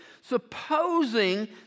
supposing